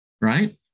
Right